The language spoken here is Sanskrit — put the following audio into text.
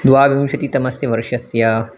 द्वाविंशतितमस्य वर्षस्य